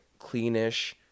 cleanish